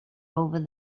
over